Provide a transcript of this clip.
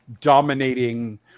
dominating